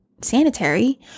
sanitary